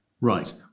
Right